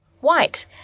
white